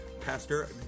Pastor